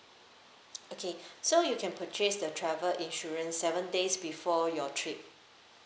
okay so you can purchase the travel insurance seven days before your trip